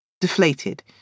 Deflated